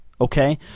okay